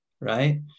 right